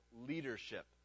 leadership